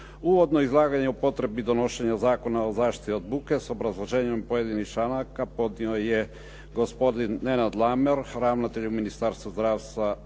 Uvodno izlaganje o potrebi donošenja Zakona o zaštiti od buke s obrazloženjem pojedinih članaka podnio je gospodin Nenad Lamer, ravnatelj u Ministarstvu zdravstva